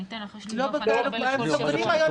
אני מקבלת כל שבוע.